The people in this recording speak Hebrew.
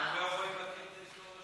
אם הם לא בני אדם,